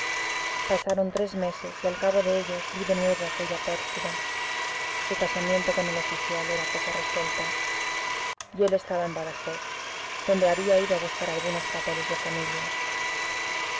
pasaron tres meses y al cabo de ellos vi de nuevo a aquella pérfida su casamiento con el oficial era cosa resuelta y él estaba en badajoz donde había ido a buscar algunos papeles de familia